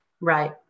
Right